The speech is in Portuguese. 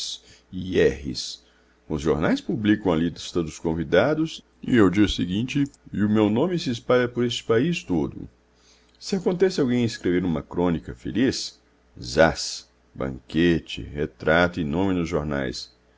e rr os jornais publicam a lista dos convidados ao dia seguinte e o meu nome se espalha por este país todo se acontece alguém escrever uma crônica feliz zás banquete retrato e nome nos jornais